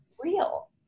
real